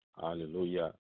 Hallelujah